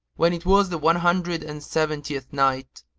when it was the one hundred and seventieth night,